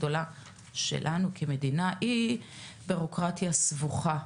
אני יודעת שהבעיה הכי גדולה שלנו כמדינה היא בירוקרטיה סבוכה.